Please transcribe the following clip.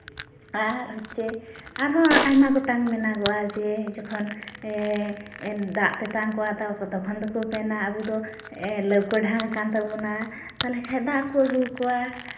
ᱟᱨ ᱡᱮ ᱟᱨᱦᱚᱸ ᱟᱭᱢᱟ ᱜᱚᱴᱟᱝ ᱢᱮᱱᱟᱜᱚᱜᱼᱟ ᱡᱮ ᱡᱚᱠᱷᱚᱱ ᱫᱟᱜ ᱛᱮᱛᱟᱝ ᱠᱚᱣᱟ ᱛᱚᱠᱷᱚᱱ ᱫᱚᱠᱚ ᱢᱮᱱᱟ ᱟᱵᱚ ᱫᱚ ᱞᱟᱹᱣᱠᱟᱹ ᱰᱷᱟᱝ ᱟᱠᱟᱱ ᱛᱟᱵᱚᱱᱟ ᱛᱟᱞᱦᱮ ᱠᱷᱟᱱ ᱫᱟᱜ ᱠᱚ ᱟᱹᱜᱩᱣᱟᱠᱚᱣᱟ